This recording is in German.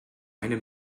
eine